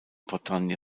bretagne